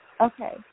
Okay